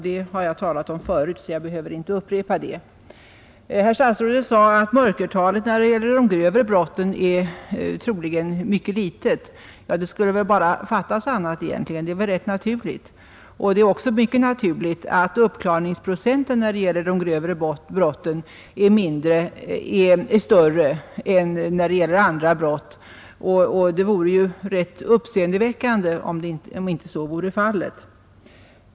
Det har jag talat om tidigare, och jag behöver inte upprepa det. Statsrådet sade att mörkertalet när det gäller de grövre brotten troligen är mycket litet. Ja, det skulle bara fattas annat. Det är väl rätt naturligt. Det är också mycket naturligt att uppklaringsprocenten när det gäller de grövre brotten är större än när det gäller andra brott. Det vore ju uppseendeväckande om så inte vore fallet.